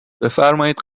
بفرمایید